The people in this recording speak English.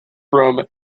from